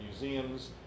museums